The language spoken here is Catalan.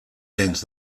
gens